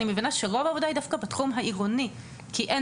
אני מבינה שרוב העבודה היא דווקא בתחום העירוני כי אין